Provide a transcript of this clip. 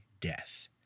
death